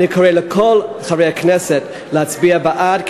אני קורא לכל חברי הכנסת להצביע בעד,